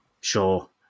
sure